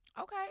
Okay